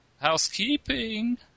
housekeeping